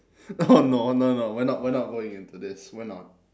oh no no no we're not we're not going into this we're not